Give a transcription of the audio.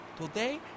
Today